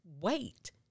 wait